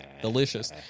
Delicious